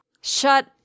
Shut